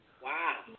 Wow